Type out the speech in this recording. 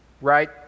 Right